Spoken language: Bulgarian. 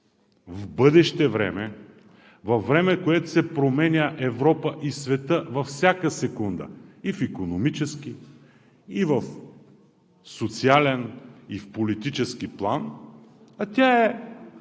в бъдеще време, във време, в което се променя Европа и светът във всяка секунда – и в икономически, и в социален, и в политически план, а е